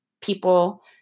people